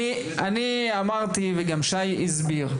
אני אמרתי וגם שי הסביר,